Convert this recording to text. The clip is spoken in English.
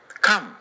Come